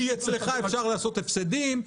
כי אצלך אפשר לעשות הפסדים.